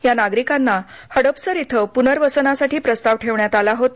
या नागरिकांना हडपसर इथं पुनर्वसनासाठी प्रस्ताव ठेवण्यात आला होता